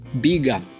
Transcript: bigger